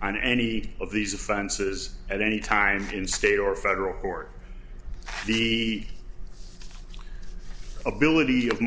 on any of these offenses at any time in state or federal court the ability of